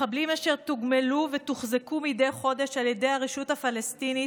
מחבלים אשר תוגמלו ותוחזקו מדי חודש על ידי הרשות הפלסטינית,